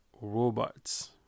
robots